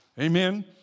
Amen